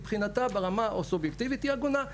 מבחינתה ברמה הסובייקטיבית היא עגונה.